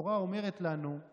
התורה אומרת לנו: